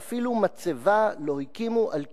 ואפילו מצבה לא הקימו על קברו.